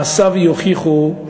מעשיו יוכיחו,